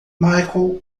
michael